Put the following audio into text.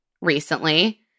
recently